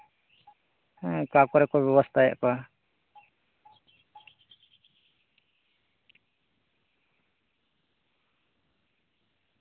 ᱦᱩᱸ ᱚᱠᱟᱠᱚᱨᱮ ᱠᱚ ᱵᱮᱵᱚᱥᱛᱟᱭᱮᱫ ᱠᱚᱣᱟ